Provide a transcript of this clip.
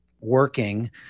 working